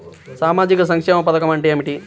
సామాజిక సంక్షేమ పథకం అంటే ఏమిటి?